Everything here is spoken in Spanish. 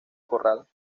corral